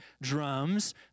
drums